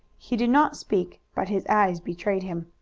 he did not speak, but his eyes betrayed him.